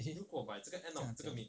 eh 讲